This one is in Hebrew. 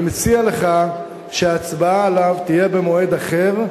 אני מציע לך שההצבעה עליה תהיה במועד אחר,